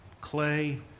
clay